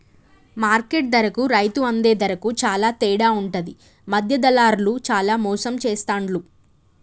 market ధరకు రైతు అందే ధరకు చాల తేడా ఉంటది మధ్య దళార్లు చానా మోసం చేస్తాండ్లు